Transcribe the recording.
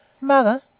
Mother